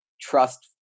trust